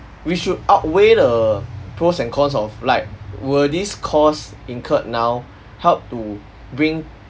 we should outweigh the pros and cons of like will these costs incurred now help to bring